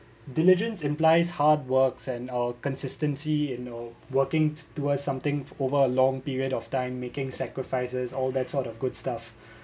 diligence implies hard works and a consistency you know working towards something over a long period of time making sacrifices all that sort of good stuff